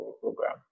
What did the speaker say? program